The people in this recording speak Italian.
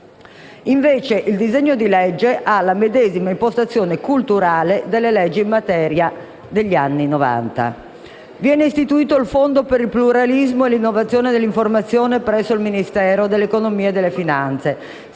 Invece, il disegno di legge ha la medesima impostazione culturale delle leggi degli anni Novanta in materia. Viene istituito il Fondo per il pluralismo e l'innovazione nell'informazione presso il Ministero dell'economia e delle finanze.